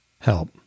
help